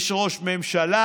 יש ראש ממשלה,